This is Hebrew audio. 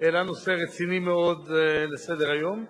האם זו לא חובתה המוסרית של מדינת ישראל,